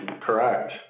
Correct